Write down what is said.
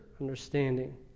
understanding